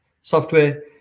software